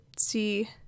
see